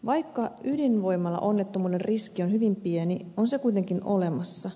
vaikka ydinvoimalaonnettomuuden riski on hyvin pieni on se kuitenkin olemassa